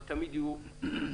אבל תמיד יהיו עיוותים.